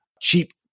cheap